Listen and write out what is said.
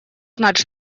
знать